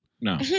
No